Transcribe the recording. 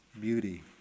beauty